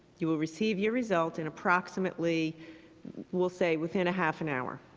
you will receive your results in approximately we'll say within a half an hour,